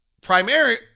primary